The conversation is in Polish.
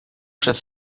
przed